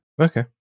Okay